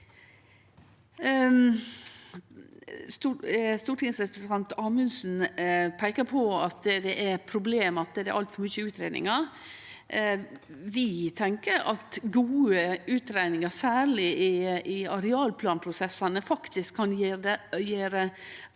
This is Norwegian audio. Stortingsrepresentant Amundsen peika på at det er eit problem at det er altfor mange utgreiingar. Vi tenkjer at gode utgreiingar, særleg i arealplanprosessane, faktisk kan gje